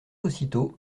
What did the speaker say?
aussitôt